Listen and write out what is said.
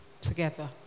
Together